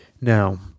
Now